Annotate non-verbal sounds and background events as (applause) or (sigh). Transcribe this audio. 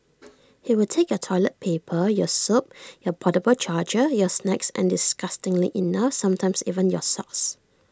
(noise) he will take your toilet paper your soap your portable charger your snacks and disgustingly enough sometimes even your socks